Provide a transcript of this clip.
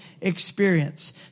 experience